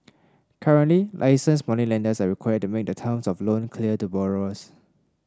currently licensed moneylenders are required to make the terms of loan clear to borrowers